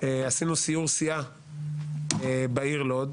עשינו סיור סיעה בעיר לוד,